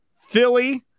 Philly